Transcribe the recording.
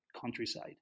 countryside